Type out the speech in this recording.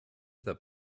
that